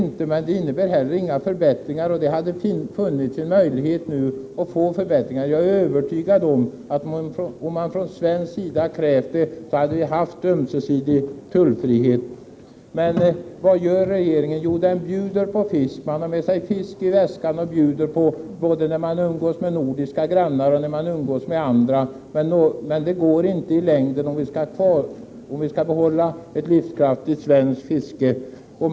Nej, men det blir heller inga förbättringar, och det hade funnits en möjlighet att uppnå förbättringar. Jag är övertygad om att vi hade haft ömsesidig tullfrihet om man från svensk sida krävt det. Men vad gör regeringen? Jo, den bjuder på fisk. Regeringen har med sig fisk i väskan och bjuder på den både när man umgås med nordiska grannar och när man umgås med andra. Det går inte i längden att göra så, om vi skall kunna behålla ett livskraftigt svenskt fiske.